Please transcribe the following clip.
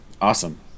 Awesome